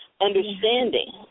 understanding